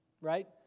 right